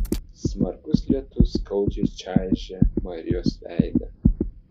smarkus lietus skaudžiai čaižė marijos veidą